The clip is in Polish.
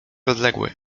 odległy